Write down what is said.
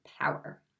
power